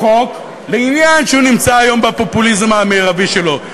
חוק, לעניין שנמצא היום בפופוליזם המרבי שלו.